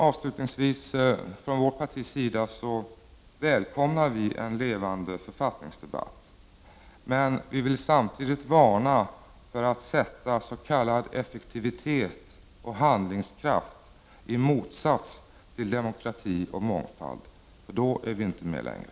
Avslutningsvis vill jag säga att vi från mitt partis sida välkomnar en levande författningsdebatt. Men vi vill samtidigt varna för att sätta s.k. effektivitet och handlingskraft i motsats till demokrati och mångfald. För då är vi inte med längre.